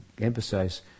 emphasize